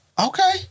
Okay